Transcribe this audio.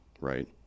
right